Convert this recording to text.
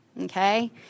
okay